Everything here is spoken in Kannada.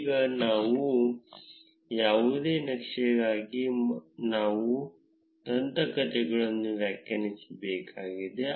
ಈಗ ಯಾವುದೇ ನಕ್ಷೆಗಾಗಿ ನಾವು ದಂತಕಥೆಗಳನ್ನು ವ್ಯಾಖ್ಯಾನಿಸಬೇಕಾಗಿದೆ